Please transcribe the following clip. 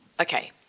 Okay